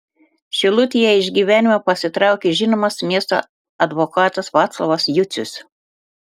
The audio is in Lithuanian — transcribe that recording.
šilutėje iš gyvenimo pasitraukė žinomas miesto advokatas vaclovas jucius